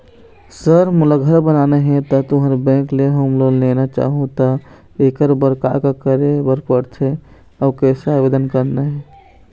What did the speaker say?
Sir मोला घर बनाना हे ता तुंहर बैंक ले होम लोन लेना चाहूँ ता एकर बर का का करे बर पड़थे अउ कइसे आवेदन करना हे?